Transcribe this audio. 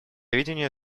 видение